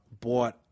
bought